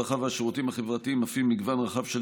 הרווחה והשירותים החברתיים מפעיל מגוון רחב של